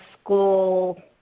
school